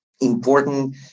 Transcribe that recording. important